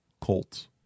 Colts